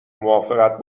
موافقت